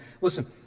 Listen